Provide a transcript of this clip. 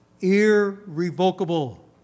Irrevocable